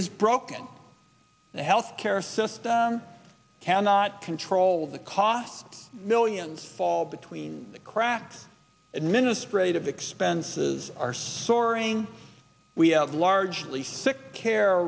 is broken the health care system cannot control the costs millions fall between the cracks administrative expenses are soaring we have largely sick care